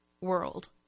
world